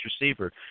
receiver